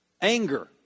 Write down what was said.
anger